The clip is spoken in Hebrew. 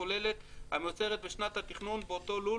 הכוללת המיוצרת בשנת התכנון באותו לול